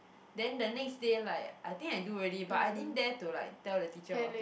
then the next day like I think I do already but I didn't dare to like tell the teacher about it